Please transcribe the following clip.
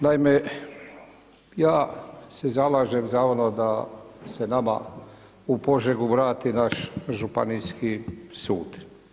Naime, ja se zalažem za ono da se nama u Požegu vrati naš Županijski sud.